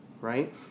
right